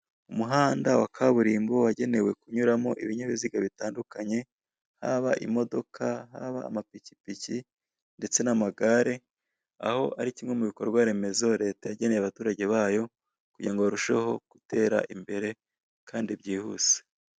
Umuhanda wa kaburimbo wagenewe kunyuramo ibinyabiziga bitandukanye haba imodoka, haba amapikipiki ndetse n'amagare aho ari kimwe mu bikorwaremezo leta yageneye abaturage bayo kugira ngo barusheho gutera imbere kandi byihuse.